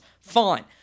Fine